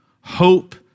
Hope